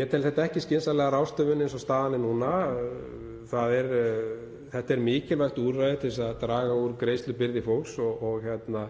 Ég tel þetta ekki skynsamlega ráðstöfun eins og staðan er núna. Þetta er mikilvægt til að draga úr greiðslubyrði fólks og reyna